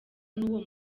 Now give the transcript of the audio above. n’uwo